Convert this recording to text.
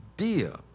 idea